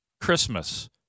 Christmas